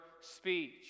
speech